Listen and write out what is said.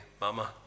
Mama